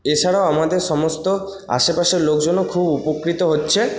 এছাড়াও আমাদের সমস্ত আশেপাশের লোকজনও খুব উপকৃত হচ্ছে